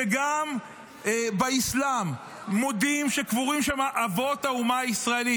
שגם באסלאם מודים שקבורים שם אבות האומה הישראלית,